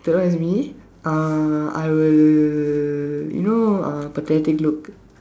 third one is me uh I will you know uh pathetic look